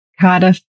Cardiff